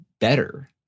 better